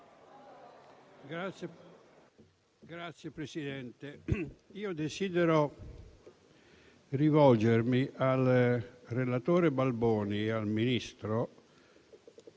Signora Presidente, desidero rivolgermi al relatore Balboni e al Ministro,